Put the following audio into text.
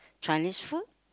Chinese food